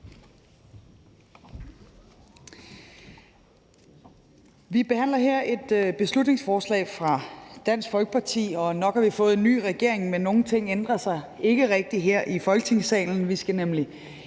Vi behandler her et beslutningsforslag fra Dansk Folkeparti, og nok har vi fået en ny regering, men nogle ting ændrer sig ikke rigtig her i Folketingssalen. Vi skal nemlig endnu en